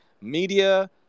media